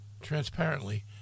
transparently